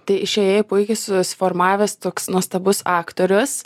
tai išėjai puikiai susiformavęs toks nuostabus aktorius